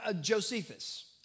Josephus